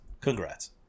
Congrats